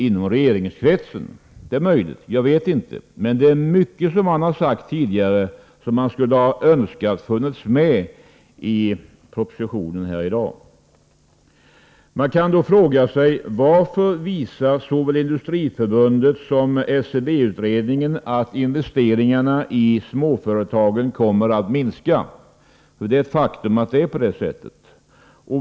Man skulle dock ha önskat att mera av det industriministern sagt tidigare hade funnits med i den proposition vi diskuterar i dag. Man kan fråga sig: Varför kommer investeringarna i småföretagen att minska? Att detta är ett faktum har såväl Industriförbundet som SCB utredningen visat.